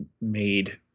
made